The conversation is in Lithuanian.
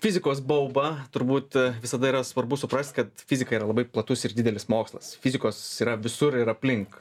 fizikos baubą turbūt visada yra svarbu suprast kad fizika yra labai platus ir didelis mokslas fizikos yra visur ir aplink